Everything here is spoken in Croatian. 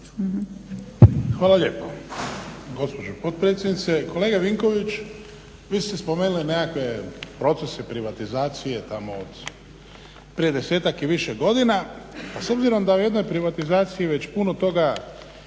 Hvala lijepo gospođo potpredsjednice. Kolega Vinković vi ste spomenuli nekakve procese privatizacije tamo od prije 10-ak i više godina pa s obzirom da je u jednoj privatizaciji već puno toga